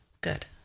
good